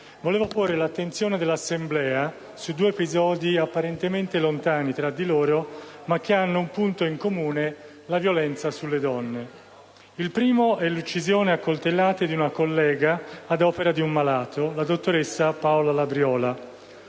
desidero porre all'attenzione dell'Assemblea due episodi apparentemente lontani tra di loro, ma che hanno un punto in comune: la violenza sulle donne. Il primo è l'uccisione a coltellate di una collega medico, la dottoressa Paola Labriola,